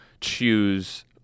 choose